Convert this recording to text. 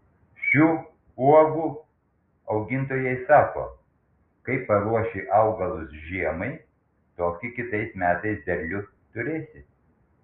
šių uogų augintojai sako kaip paruoši augalus žiemai tokį kitais metais derlių turėsi